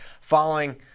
following –